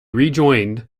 rejoined